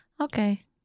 Okay